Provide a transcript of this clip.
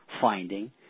finding